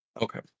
Okay